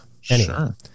sure